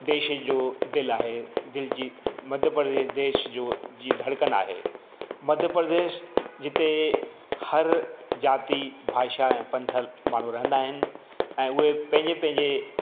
देश जो दिलि आहे दिलि जी मध्य प्रदेश देश जो जी धड़कन आहे मध्य प्रदेश जिते हर जाति भाषा ऐं पंथल माण्हू रहिंदा आहिनि ऐं उहे पंहिंजे पंहिंजे